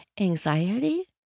anxiety